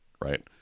right